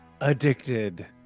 Addicted